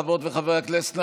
חברות וחברי הכנסת,